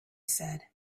said